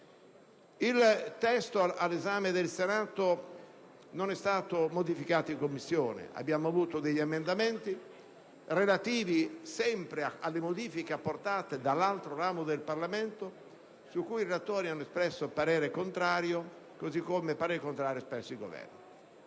Il testo all'esame del Senato non è stato modificato in Commissione: sono stati presentati emendamenti relativi alle modifiche apportate dall'altro ramo del Parlamento, su cui i relatori hanno espresso parere contrario, così come ha fatto anche il Governo.